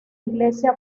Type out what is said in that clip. iglesia